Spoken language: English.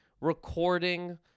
recording